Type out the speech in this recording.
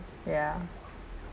ya